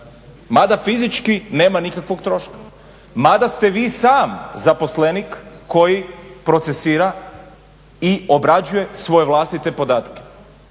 mada fizički nema nikakvog troška, mada ste vi sam zaposlenik koji procesira i obrađuje svoje vlastite podatke.